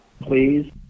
Please